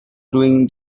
doing